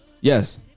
Yes